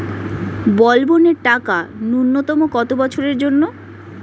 বলবনের টাকা ন্যূনতম কত বছরের জন্য?